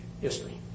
history